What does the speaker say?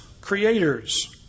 creators